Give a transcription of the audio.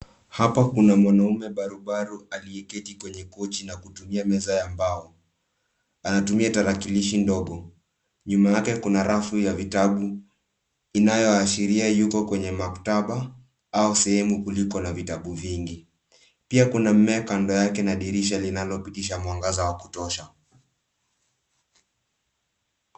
Hapa kuna mwanaume barubaru aliyeketi kwenye kochi na kutumia meza ya mbao. Anatumia tarakilishi ndogo. Nyuma yake kuna rafu ya vitabu inayoashiria yuko kwenye maktaba au sehemu kuliko na vitabu vingi. Pia kuna mmea kando yake na dirisha linalopitisha mwangaza wa kutosha.